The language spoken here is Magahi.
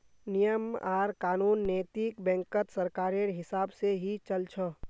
नियम आर कानून नैतिक बैंकत सरकारेर हिसाब से ही चल छ